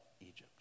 Egypt